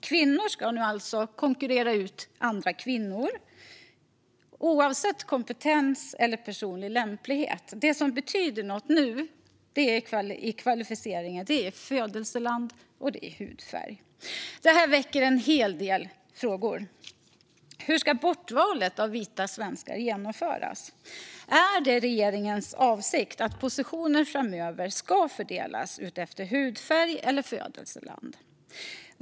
Kvinnor ska alltså konkurrera ut kvinnor oavsett kompetens eller personlig lämplighet. De kvalifikationer som nu betyder något är födelseland och hudfärg. Det här väcker en hel del frågor. Hur ska bortvalet av vita svenskar genomföras? Är det regeringens avsikt att positioner framöver ska fördelas efter hudfärg eller födelseland?